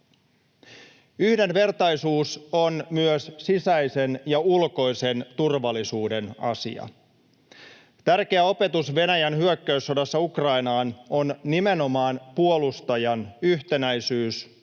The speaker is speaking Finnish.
Yhdenvertaisuus on myös sisäisen ja ulkoisen turvallisuuden asia. Tärkeä opetus Venäjän hyökkäyssodassa Ukrainaan on nimenomaan puolustajan yhtenäisyys